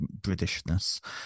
Britishness